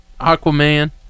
aquaman